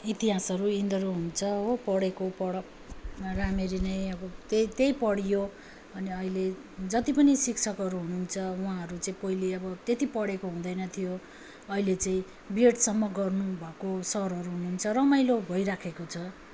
इतिहासहरू यिनीहरू हुन्छ हो पढेको पढ् राम्ररी नै अब त्यही त्यही पढ्यो अनि अहिले जति पनि शिक्षकहरू हुनु हुन्छ उहाँहरू चाहिँ पहिले अब त्यति पढेको हुँदैन थियो अहिले चाहिँ बिएडसम्म गर्नु भएको सरहरू हुनु हुन्छ रमाइलो भइराखेको छ